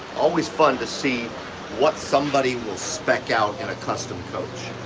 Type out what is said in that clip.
always fun to see what somebody will spec out in a custom coach.